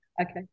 Okay